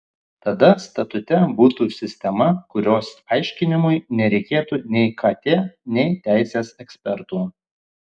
tada statute būtų sistema kurios aiškinimui nereikėtų nei kt nei teisės ekspertų